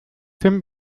tim